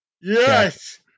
Yes